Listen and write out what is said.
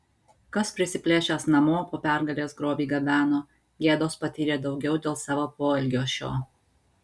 kas prisiplėšęs namo po pergalės grobį gabeno gėdos patyrė daugiau dėl savo poelgio šio